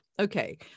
Okay